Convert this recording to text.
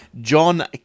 John